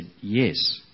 yes